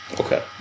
okay